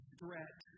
threat